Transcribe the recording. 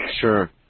Sure